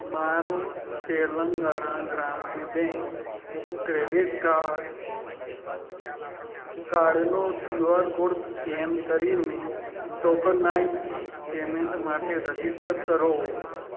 મારો તેલંગણા ગ્રામીણ bank credit card કાર્ડનો ક્યુઆર કોડ સ્કેન કરીને ટોકનાઈઝ્ડ પેમેન્ટ માટે રજિસ્ટર કરો